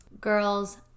girls